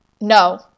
No